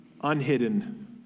unhidden